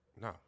No